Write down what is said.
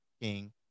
King